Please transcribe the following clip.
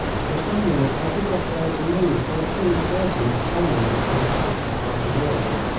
for some minutes i did not dare to move, for it seemed certain that someone would be attracted by the noise.